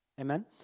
Amen